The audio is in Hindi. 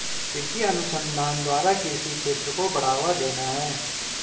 कृषि अनुसंधान द्वारा कृषि क्षेत्र को बढ़ावा देना है